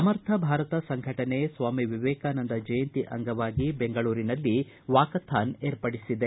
ಸಮರ್ಥ ಭಾರತ ಸಂಘಟನೆ ಸ್ವಾಮಿ ವಿವೇಕಾನಂದ ಜಯಂತಿ ಅಂಗವಾಗಿ ಬೆಂಗಳೂರಿನಲ್ಲಿ ವಾಕಥಾನ್ ಏರ್ಪಡಿಸಿದೆ